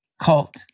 cult